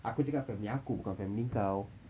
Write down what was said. aku cakap family aku bukan family kau